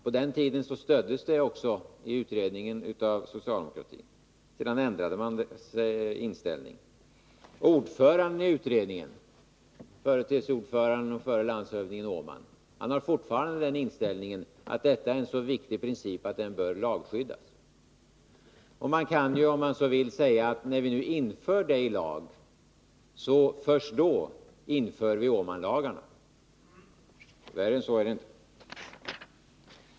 På den tiden stöddes förslaget också av socialdemokraterna i utredningen. Sedan ändrade man inställning. Ordföranden i utredningen, förre TCO-ordföranden och förre landshövdingen Åman, har fortfarande den inställningen att detta är en så viktig princip att den bör lagskyddas. Man kan, om man så vill, säga att först när vi inför detta i lagen, så inför vi Åmanlagarna. Värre än så är det inte.